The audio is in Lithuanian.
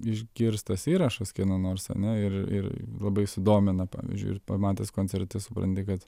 išgirstas įrašas kieno nors ane ir ir labai sudominoa pavyzdžiui ir pamatęs koncerte supranti kad